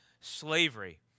slavery